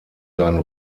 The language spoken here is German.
seinen